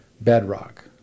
bedrock